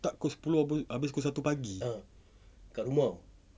start pukul sepuluh habis pukul satu pagi